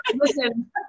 listen